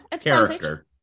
character